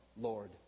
Lord